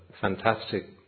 fantastic